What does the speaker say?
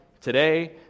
today